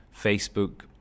Facebook